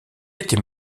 était